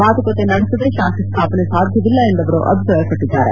ಮಾತುಕತೆ ನಡೆಸದೆ ಶಾಂತಿ ಸ್ಥಾಪನೆ ಸಾಧ್ಯವಿಲ್ಲ ಎಂದು ಅವರು ಅಭಿಪ್ರಾಯಪಟ್ಟಿದ್ದಾರೆ